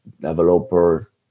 developer